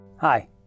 Hi